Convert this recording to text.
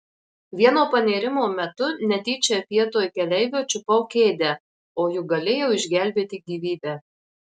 vieno panėrimo metu netyčia vietoj keleivio čiupau kėdę o juk galėjau išgelbėti gyvybę